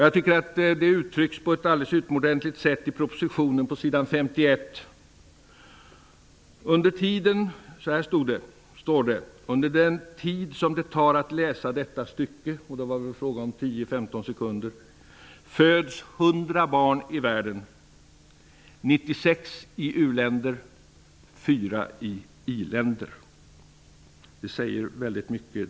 Jag tycker också att saken uttrycks på ett alldeles utomordentligt sätt i propositionen på s. 51: ''Under den tid som det tar att läsa detta stycke'' -- det är väl fråga om 10-15 sekunder -- ''föds det hundra barn, 96 i u-länder och fyra i iländer''. Den lilla meningen säger mycket.